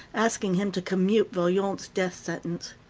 asking him to commute vaillant's death sentence.